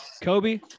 Kobe